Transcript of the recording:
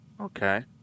Okay